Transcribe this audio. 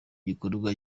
gikorwa